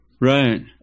Right